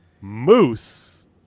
Moose